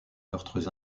meurtres